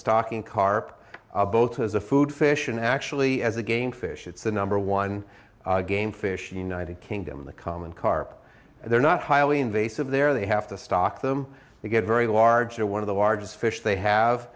stocking carp both as a food fish and actually as a game fish it's the number one game fish the united kingdom the common carp and they're not highly invasive there they have to stock them they get very large or one of the largest fish they have